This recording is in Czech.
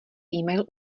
email